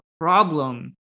problem